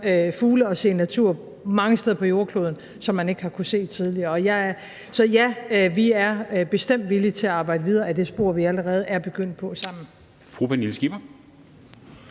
fugle og se natur mange steder, hvor man ikke har kunnet opleve det tidligere. Så ja, vi er bestemt villige til at arbejde videre ad det spor, vi allerede er begyndt på sammen.